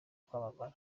kwamamara